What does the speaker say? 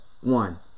one